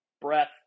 breath